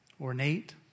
ornate